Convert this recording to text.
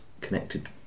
connected